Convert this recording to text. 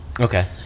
Okay